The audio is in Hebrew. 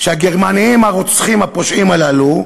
שהגרמנים הרוצחים, הפושעים הללו,